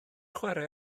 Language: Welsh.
chwarae